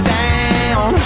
down